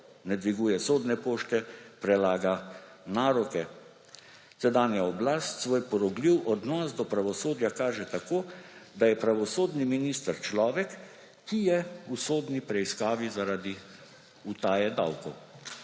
Ne dviguje sodne pošte, prelaga naroke. Sedanja oblast svoj porogljiv odnos do pravosodja kaže tako, da je pravosodni minister človek, ki je v sodni preiskavi zaradi utaje davkov.